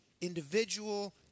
individual